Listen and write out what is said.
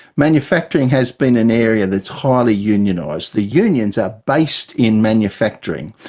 manufacturing has been an area that's highly unionised. the unions are based in manufacturing.